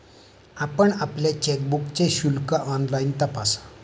आपण आपल्या चेकबुकचे शुल्क ऑनलाइन तपासा